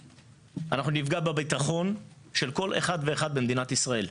אנחנו נפגע בביטחון של כל אחד ואחת במדינת ישראל.